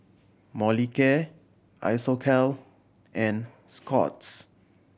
Molicare Isocal and Scott's